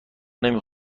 نمی